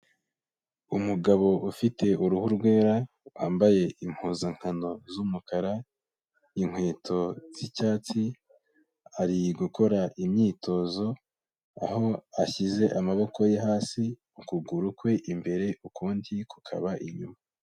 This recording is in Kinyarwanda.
Umugabo ufite uruhu rwera, wambaye impuzankano z'umukara, inkweto z'icyatsi, ari gukora imyitozo, aho ashyize amaboko ye hasi ukuguru kwe imbere ukundi kukaba inyuma.